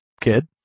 kid